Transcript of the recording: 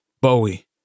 Bowie